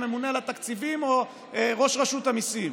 הממונה על התקציבים או ראש רשות המיסים.